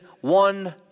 one